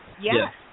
Yes